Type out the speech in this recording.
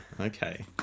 Okay